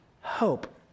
hope